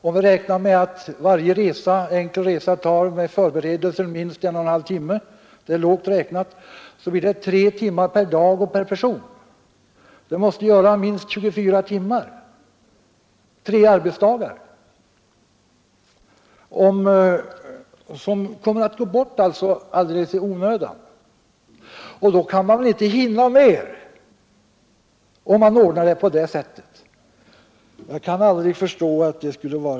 Om man räknar med att varje enkel resa med förberedelser tar en och en halv timme — det är lågt räknat — blir det tre timmar per dag och person, dvs. minst 12 timmar per vecka, som går bort alldeles i onödan. Därför går det väl inte att hinna med arbetet bättre om man ordnar det på det sättet!